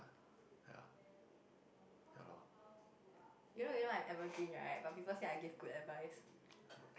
ya ya lor